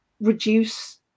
reduce